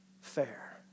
fair